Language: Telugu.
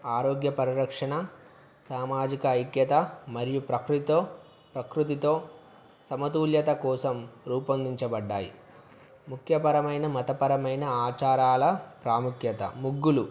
ఆరోగ్య పరిరక్షణ సామాజిక ఐక్యత మరియు ప్రకృతో ప్రకృతితో సమతుల్యత కోసం రూపొందించబడ్డాయి ముఖ్యపరమైన మతపరమైన ఆచారాల ప్రాముఖ్యత ముగ్గులు